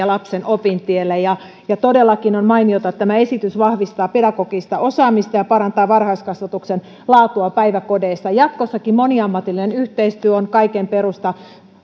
lapsen opintiellä ja ja todellakin on mainiota että tämä esitys vahvistaa pedagogista osaamista ja parantaa varhaiskasvatuksen laatua päiväkodeissa jatkossakin moniammatillinen yhteistyö on kaiken perusta